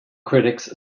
critics